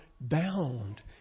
bound